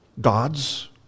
God's